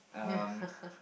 um